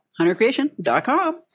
HunterCreation.com